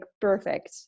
perfect